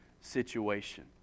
situation